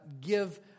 give